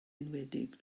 enwedig